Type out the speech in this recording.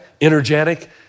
energetic